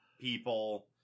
people